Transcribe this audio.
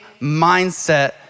mindset